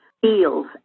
feels